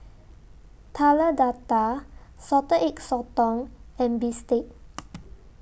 Telur Dadah Salted Egg Sotong and Bistake